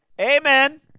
Amen